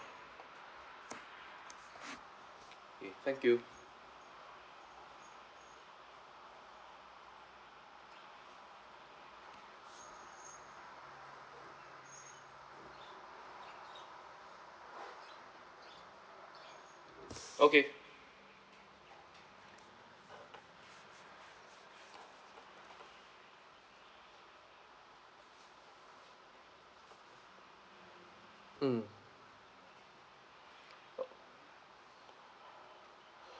okay thank you okay mm